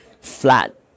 flat